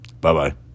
Bye-bye